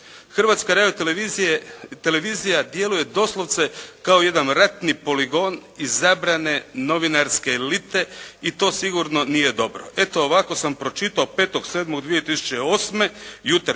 Hrvatska radiotelevizija djeluje doslovce kao jedan ratni poligon iz zabrane novinarske elite i to sigurno nije dobro. Eto, ovako sam pročitao 5.7.2008.